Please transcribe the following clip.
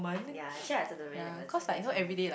yea actually I also don't really have a at the moment